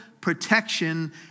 protection